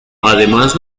además